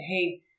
hey